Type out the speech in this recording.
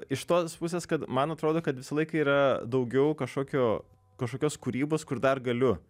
iš tos pusės kad man atrodo kad visą laiką yra daugiau kažkokio kažkokios kūrybos kur dar galiu